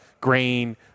grain